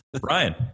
Brian